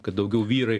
kad daugiau vyrai